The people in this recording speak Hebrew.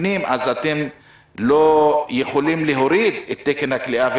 אתם לא יכולים להוריד את תקן הכליאה מכיוון שאין ועדת פנים,